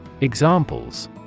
Examples